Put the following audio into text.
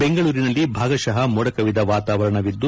ಬೆಂಗಳೂರಿನಲ್ಲಿ ಭಾಗಶಃ ಮೋಡಕವಿದ ವಾತಾವರಣವಿದ್ದು